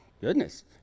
goodness